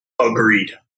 Agreed